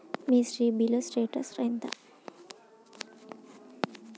మీ CIBIL status ఎంత?